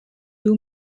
two